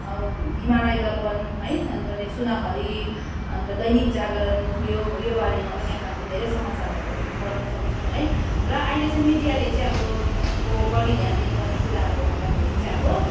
हिमालय दर्पण है अन्त सुनाखरी अन्त दैनिक जागरण यो यो बारेमा पनि अब हामीले धेरै समाचारहरू पढ्न सक्छौँ है र अहिले चाहिँ अब मिडियाले चाहिँ अब को बढी ध्यान दिनु पर्ने कुराहरू भन्दाखेरि चाहिँ अब